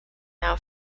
now